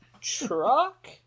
Truck